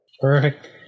Perfect